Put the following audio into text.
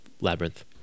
Labyrinth